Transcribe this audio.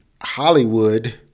Hollywood